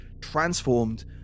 transformed